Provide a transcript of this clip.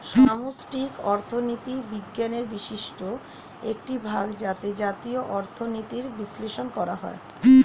সামষ্টিক অর্থনীতি বিজ্ঞানের বিশিষ্ট একটি ভাগ যাতে জাতীয় অর্থনীতির বিশ্লেষণ করা হয়